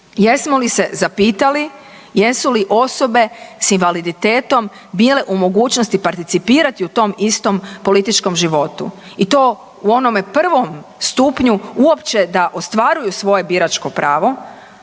jesmo li se zapitali jesu li osobe s invaliditetom bile u mogućnosti participirati u tom istom političkom životu i to u onome prvom stupnju uopće da ostvaruju svoje biračko pravo,